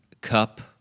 cup